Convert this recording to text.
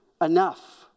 enough